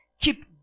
Keep